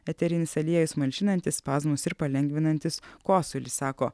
eterinis aliejus malšinantis spazmus ir palengvinantis kosulį sako